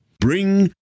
Bring